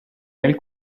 nel